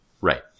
Right